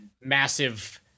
massive